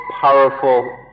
powerful